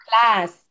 class